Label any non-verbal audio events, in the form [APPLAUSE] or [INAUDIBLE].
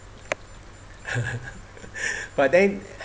[LAUGHS] but then